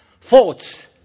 Thoughts